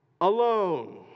alone